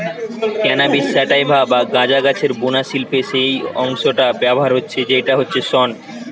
cannabis sativa বা গাঁজা গাছের বুনা শিল্পে যেই অংশটা ব্যাভার হচ্ছে সেইটা হচ্ছে শন